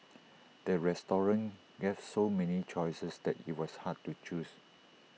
the restaurant gave so many choices that IT was hard to choose